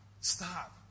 Stop